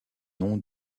nom